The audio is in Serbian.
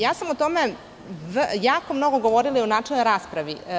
Ja sam o tome jako mnogo govorila i u načelnoj raspravi.